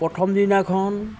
প্ৰথম দিনাখন